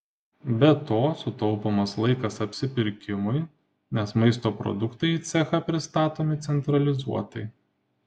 be to sutaupomas laikas apsipirkimui nes maisto produktai į cechą pristatomi centralizuotai